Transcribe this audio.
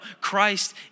Christ